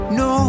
no